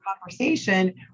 conversation